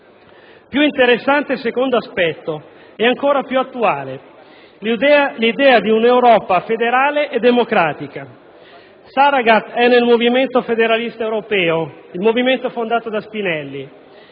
Più interessante e ancora più attuale il secondo aspetto: l'idea di un'Europa federale e democratica. Saragat è nel Movimento federalista europeo, il movimento fondato da Spinelli,